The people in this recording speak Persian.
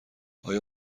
آیا